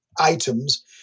items